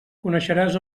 coneixeràs